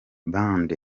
band